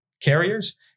carriers